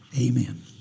Amen